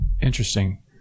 Interesting